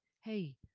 hey